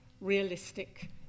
realistic